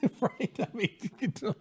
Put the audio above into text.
Right